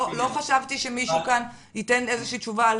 לא חשבתי שמישהו כאן ייתן איזושהי תשובה על